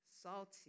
Salty